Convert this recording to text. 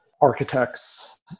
architects